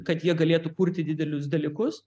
kad jie galėtų kurti didelius dalykus